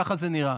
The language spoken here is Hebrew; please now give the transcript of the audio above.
ככה זה נראה.